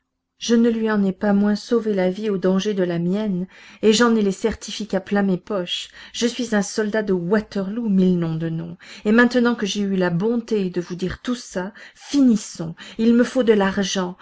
je ne lui en ai pas moins sauvé la vie au danger de la mienne et j'en ai les certificats plein mes poches je suis un soldat de waterloo mille noms de noms et maintenant que j'ai eu la bonté de vous dire tout ça finissons il me faut de l'argent